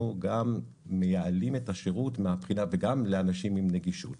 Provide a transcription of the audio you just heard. גם מייעלים את השירות וגם לאנשים עם נגישות.